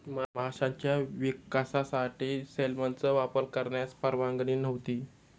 माशांच्या विकासासाठी सेलमनचा वापर करण्यास परवानगी नव्हती